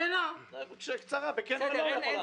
שאלה קצרה שיש לה תשובה של כן או לא.